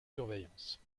surveillance